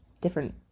different